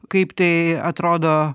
kaip tai atrodo